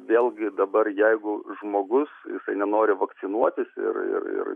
vėlgi dabar jeigu žmogus jisai nenori vakcinuotis ir ir ir